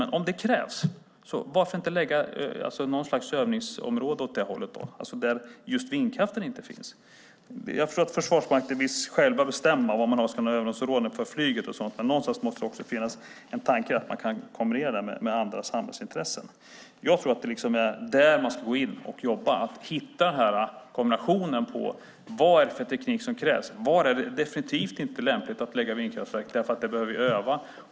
Men om det krävs, varför inte lägga något slags övningsområde åt det hållet där vindkraften inte finns? Jag förstår att Försvarsmakten vill bestämma själv var man ska övningsområden för flyget, men någonstans måste det också finnas en tanke om att kunna kombinera detta med andra samhällsintressen. Jag tror att det är där man ska gå in och jobba för att hitta rätt kombination: Vad är det för teknik som krävs? Var är det definitivt inte lämpligt att lägga vindkraftverk eftersom man behöver öva där?